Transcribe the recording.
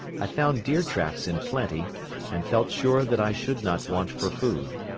i found deer tracks in plenty and felt sure that i should not want for food.